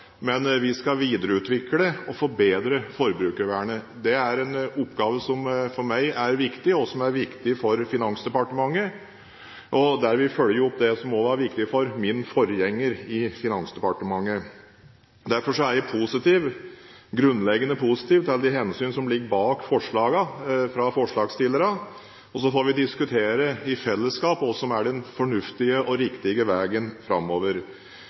men vi skal videreutvikle og forbedre forbrukervernet. Det er en oppgave som for meg er viktig, og som er viktig for Finansdepartementet, som følger opp det som var viktig også for min forgjenger der. Derfor er jeg grunnleggende positiv til de hensyn som ligger bak forslagene fra forslagsstillerne. Så får vi i fellesskap diskutere hva som er den fornuftige og riktige veien framover.